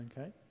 okay